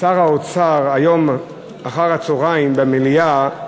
שר האוצר היום אחר הצהריים במליאה,